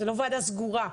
זה לא ועדה סגורה.